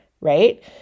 right